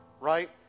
right